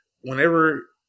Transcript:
whenever